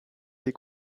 des